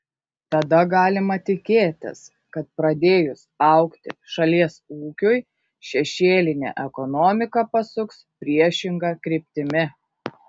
tada galima tikėtis kad pradėjus augti šalies ūkiui šešėlinė ekonomika pasuks priešinga kryptimi